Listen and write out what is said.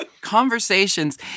conversations